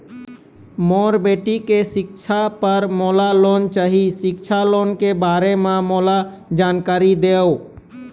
मोर बेटी के सिक्छा पर मोला लोन चाही सिक्छा लोन के बारे म मोला जानकारी देव?